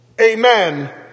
amen